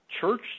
church